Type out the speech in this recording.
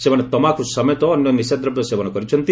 ସେମାନେ ତମାଖୁ ସମେତ ଅନ୍ୟ ନିଶାଦ୍ରବ୍ୟ ସେବନ କରିଛନ୍ତି